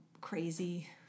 crazy